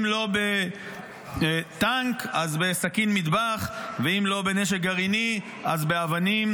אם לא בטנק אז בסכין מטבח ואם לא בנשק גרעיני אז באבנים,